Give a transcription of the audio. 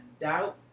doubt